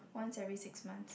once every six months